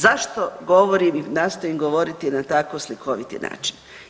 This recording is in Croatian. Zašto govorim i nastojim govoriti na tako slikoviti način?